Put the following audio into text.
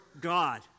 God